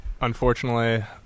Unfortunately